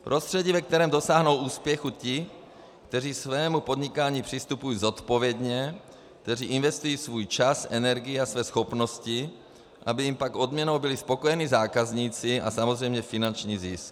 Prostředí, ve kterém dosáhnou úspěchu ti, kteří svému podnikání přistupují zodpovědně, kteří investují svůj čas, energii a své schopnosti, aby jim pak odměnou byli spokojení zákazníci a samozřejmě finanční zisk.